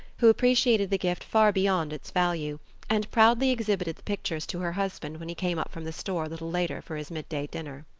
who appreciated the gift far beyond its value and proudly exhibited the pictures to her husband when he came up from the store a little later for his midday dinner.